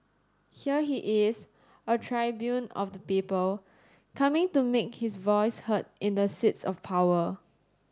here he is a tribune of the people coming to make his voice heard in the seats of power